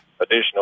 additional